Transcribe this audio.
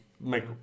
make